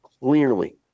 clearly